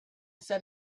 set